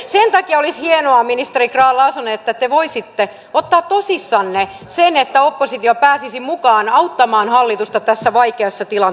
sen takia olisi hienoa ministeri grahn laasonen että te voisitte ottaa tosissanne sen että oppositio pääsisi mukaan auttamaan hallitusta tässä vaikeassa tilanteessa